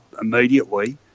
immediately